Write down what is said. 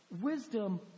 Wisdom